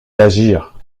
d’agir